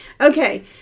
Okay